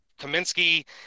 Kaminsky